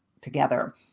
together